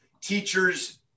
teachers